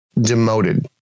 demoted